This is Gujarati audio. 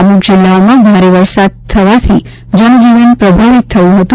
અમુક જિલ્લાઓમાં ભારે વરસાદ થવાથી જનજીવન પ્રભાવિત થયું હતું